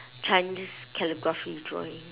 chinese calligraphy drawing